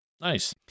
Nice